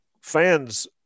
fans